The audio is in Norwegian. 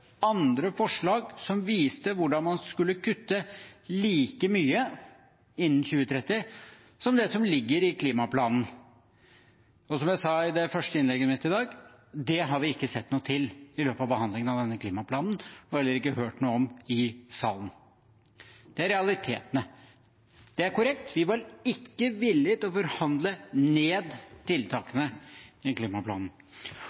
forslag som viste hvordan man skulle kutte like mye innen 2030 som det som ligger i klimaplanen. Og som jeg sa i det første innlegget mitt i dag: Det har vi ikke sett noe til i løpet av behandlingen av denne klimaplanen og heller ikke hørt noe om i salen. Det er realitetene. Det er korrekt, vi var ikke villige til å forhandle ned